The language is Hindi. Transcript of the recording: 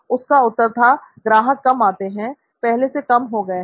उसका उत्तर था ग्राहक कम आते हैं पहले से कम हो गए हैं